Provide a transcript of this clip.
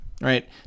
right